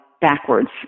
backwards